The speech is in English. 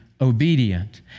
obedient